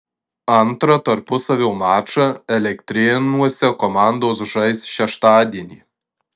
antrą tarpusavio mačą elektrėnuose komandos žais šeštadienį